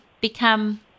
become